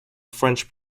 french